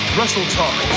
WrestleTalk